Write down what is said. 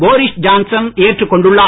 Boris Johnson ஏற்றுக் கொண்டுள்ளார்